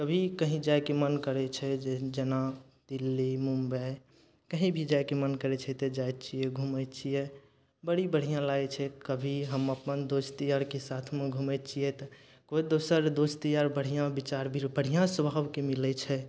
कभी कहीं जाइके मन करय छै जे भी जेना दिल्ली मुम्बइ कहीं भी जाइके मन करय छै तऽ जाइ छियै घुमय छियै बड़ी बढ़िआँ लागय छै तऽ कभी हम अपन दोस्त यारके साथमे घुमय छियै तऽ कोइ दोसर दोस्त यार बढ़िआँ विचार भी बढ़िआँ स्वभावके मिलय छै